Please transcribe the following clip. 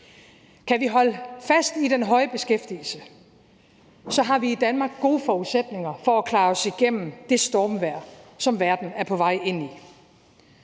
Kan vi holde fast i den høje beskæftigelse, har vi i Danmark gode forudsætninger for at klare os igennem det stormvejr, som verden er på vej ind i.